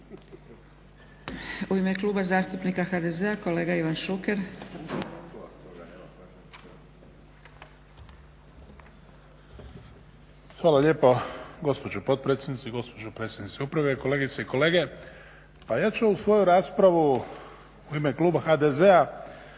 U ime Kluba zastupnika HDZ-a kolega Ivan Šuker. **Šuker, Ivan (HDZ)** Hvala lijepa gospođo potpredsjednice, gospođo predsjednice uprave, kolegice i kolege. Pa ja ću u svoju raspravu u ime Kluba HDZ-a